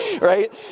right